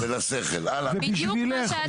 זה בשבילך,